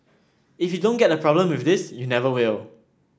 if you don't get the problem with this you never will